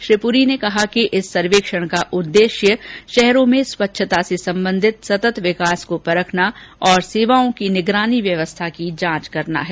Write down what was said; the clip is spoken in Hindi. श्री पुरी ने कहा कि इस सर्वेक्षण का उद्देश्य शहरों में स्वच्छता से संबंधित सतत विकास को परखना तथा सेवाओं की निगरानी व्यवस्था की जांच करना है